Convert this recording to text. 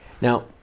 Now